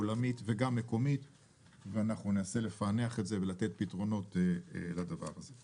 עולמית וגם מקומית ואנחנו ננסה לפענח את זה ולתת פתרונות לדבר הזה.